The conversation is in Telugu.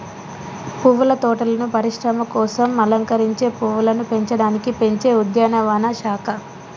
పువ్వుల తోటలను పరిశ్రమల కోసం అలంకరించే పువ్వులను పెంచడానికి పెంచే ఉద్యానవన శాఖ